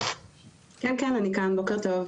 בוקר טוב.